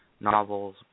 novels